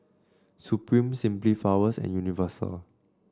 Supreme Simply Flowers and Universal